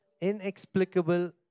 Inexplicable